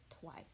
twice